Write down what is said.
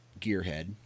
gearhead